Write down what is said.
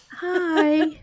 hi